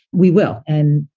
we will. and,